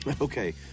Okay